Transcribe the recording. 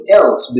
else